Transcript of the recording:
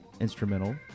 instrumental